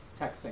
texting